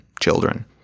children